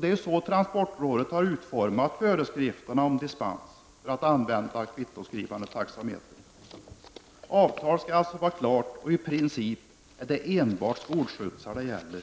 Det är så transportrådet har utformat föreskrifterna om dispens för att använda kvittoskrivande taxameter. Avtalet skall vara klart. I princip är det enbart skolskjutsar det gäller.